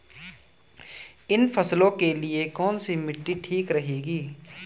इन फसलों के लिए कैसी मिट्टी ठीक रहेगी?